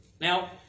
Now